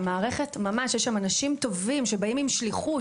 ממש יש שם אנשים טובים שבאים עם שליחות,